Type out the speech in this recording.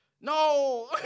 No